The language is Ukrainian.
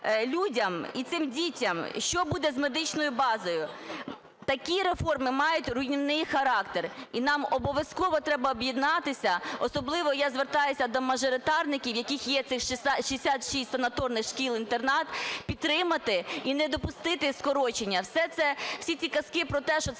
людям і цим дітям? Що буде з медичною базою? Такі реформи мають руйнівний характер. І нам обов'язково треба об'єднатися. Особливо я звертаюся до мажоритарників, у яких є ці 66 санаторних шкіл-інтернатів, підтримати і не допустити скорочення. Всі ці казки про те, що це